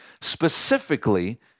specifically